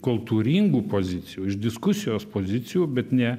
kultūringų pozicijų iš diskusijos pozicijų bet ne